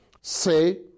Say